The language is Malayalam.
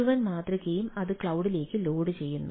മുഴുവൻ മാതൃകയും അത് ക്ലൌഡിലേക്ക് ലോഡുചെയ്യുന്നു